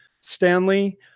Stanley